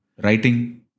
Writing